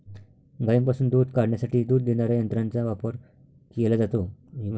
गायींपासून दूध काढण्यासाठी दूध देणाऱ्या यंत्रांचा वापर केला जातो